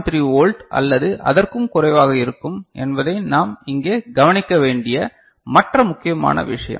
3 volt அல்லது அதற்கும் குறைவாக இருக்கும் என்பதை நாம் இங்கே கவனிக்க வேண்டிய மற்ற முக்கியமான விஷயம்